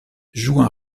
jouent